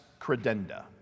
Credenda